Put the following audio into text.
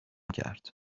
کرد